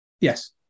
Yes